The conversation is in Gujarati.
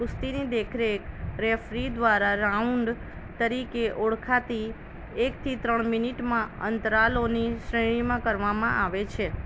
કુસ્તીની દેખરેખ રેફરી દ્વારા રાઉન્ડ તરીકે ઓળખાતી એકથી ત્રણ મિનિટમાં અંતરાલોની શ્રેણીમાં કરવામાં આવે છે